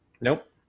Nope